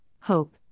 hope